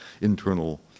internal